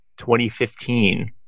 2015